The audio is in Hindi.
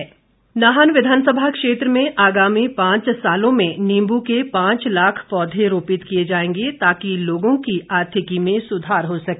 बिंदल नाहन विधानसभा क्षेत्र में आगामी पांच सालों में नींबू के पांच लाख पौधे रोपित किए जाएंगे ताकि लोगों की आर्थिकी में सुधार हो सके